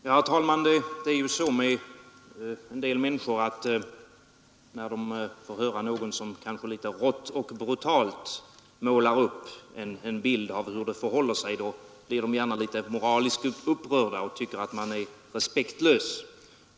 Herr talman! Det är ju så med en del människor, att när de får höra någon som kanske litet rått och brutalt målar upp en bild av hur det förhåller sig, blir de gärna moraliskt upprörda och tycker att man är respektlös.